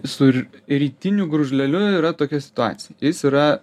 su rytiniu gružleliu yra tokia situacija jis yra